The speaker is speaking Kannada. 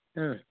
ಹಾಂ